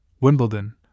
Wimbledon